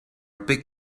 big